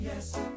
Yes